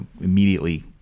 immediately